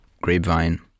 grapevine